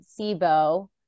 SIBO